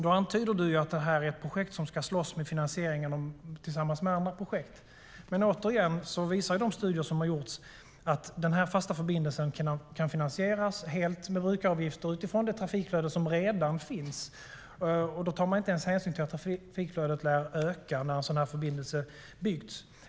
Då antyder hon att detta är ett projekt som ska slåss med andra projekt om finansieringen. Återigen visar de studier som har gjorts att denna fasta förbindelse kan finansieras helt med brukaravgifter utifrån det trafikflöde som redan finns, och då tar man inte ens hänsyn till att trafikflödet lär öka när en sådan här förbindelse har byggts.